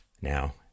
Now